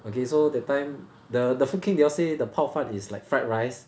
okay so that time the the food king they all say the 泡饭 is like fried rice